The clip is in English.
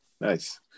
nice